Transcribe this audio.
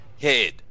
head